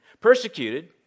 persecuted